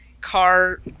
car